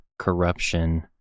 corruption